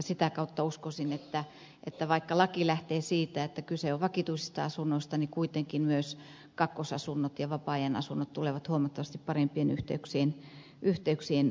sitä kautta uskoisin että vaikka laki lähtee siitä että kyse on vakituisesta asunnosta niin kuitenkin myös kakkosasunnot ja vapaa ajanasunnot tulevat huomattavasti parempien yhteyksien piiriin